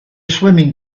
swimming